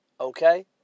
Okay